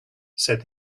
said